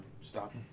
stop